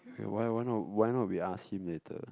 eh why why not why not we ask him later